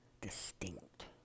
distinct